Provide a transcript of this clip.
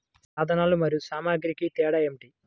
సాధనాలు మరియు సామాగ్రికి తేడా ఏమిటి?